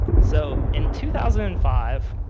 so, in two thousand and five,